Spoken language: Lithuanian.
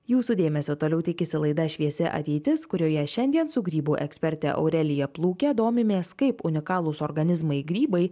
jūsų dėmesio toliau tikisi laida šviesi ateitis kurioje šiandien su grybų ekspertė aurelija plūke domimės kaip unikalūs organizmai grybai